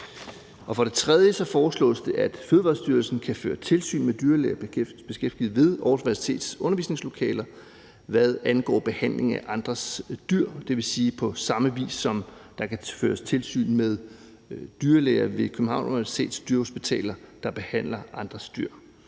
For det tredje foreslås det, at Fødevarestyrelsen kan føre tilsyn med dyrlæger beskæftiget ved Aarhus Universitets undervisningslokaler, hvad angår behandling af andres dyr, det vil sige på samme vis, som der kan føres tilsyn med dyrlæger ved Københavns Universitets dyrehospitaler, der behandler andres dyr.